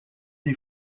des